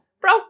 Bro